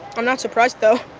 i'm not surprised, though.